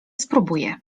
spróbuję